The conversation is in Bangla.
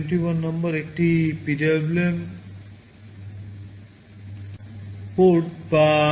21 নাম্বার পিনটি PWM port